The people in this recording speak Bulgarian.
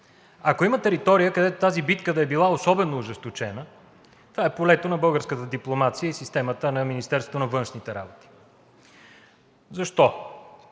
Ако има територия, където тази битка да е била особено ожесточена, това е полето на българската дипломация и системата на Министерството на външните работи. Защо?